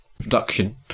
production